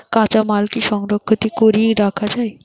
কাঁচামাল কি সংরক্ষিত করি রাখা যায়?